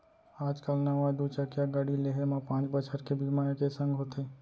आज काल नवा दू चकिया गाड़ी लेहे म पॉंच बछर के बीमा एके संग होथे